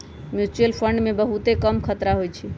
mutual fund मे बहुते कम खतरा होइ छइ